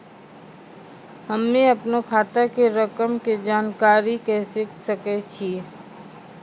हम्मे अपनो खाता के रकम के जानकारी कैसे करे सकय छियै?